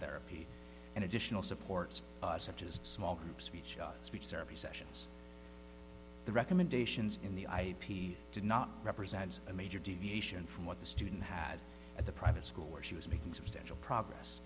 therapy and additional supports such as small speech speech therapy sessions the recommendations in the i p s did not represent a major deviation from what the student had at the private school where she was making substantial progress